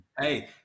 Hey